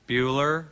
Bueller